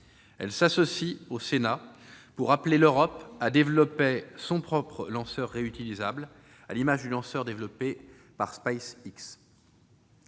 Elle s'associe au Sénat pour appeler l'Europe à développer son propre lanceur réutilisable, à l'image de celui développé par SpaceX.